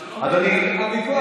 נא לסיים.